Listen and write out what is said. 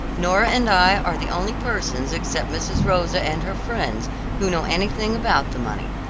nora and i are the only persons except mrs. rosa and her friends who know anything about the money.